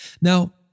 Now